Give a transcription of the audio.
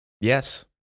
Yes